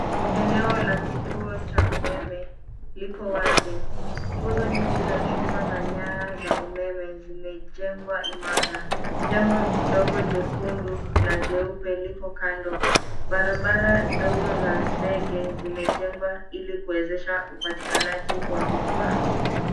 Eneo la kituo cha umeme lipo wazi. Nguzo nyingi za chuma za nyaya za umeme zimejengwa imara. Jengo ndogo jekundu na jeupe liko kando. Barabara ndogo za zege zimejengwa ili kuwezesha upatikanaji wa vifaa.